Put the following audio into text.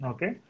Okay